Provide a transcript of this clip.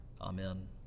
Amen